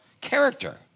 character